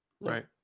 right